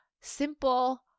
simple